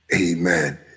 Amen